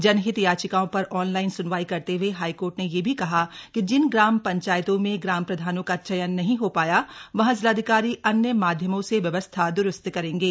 जनहित याचिकाओं पर ऑनलाइन सुनवाई करते हए हाईकोर्ट ने यह भी कहा कि जिन ग्राम पंचायतों में ग्राम प्रधानों का चयन नहीं हो पाया वहां जिलाधिकारी अन्य माध्यमों से व्यवस्था द्रुस्त करेंगे